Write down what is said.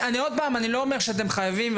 אני לא אומר שאתם חייבים,